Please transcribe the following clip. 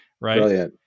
Right